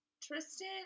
Tristan